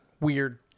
weird